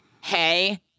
hey